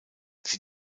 sie